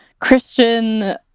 christian